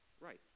right